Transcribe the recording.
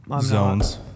Zones